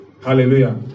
Hallelujah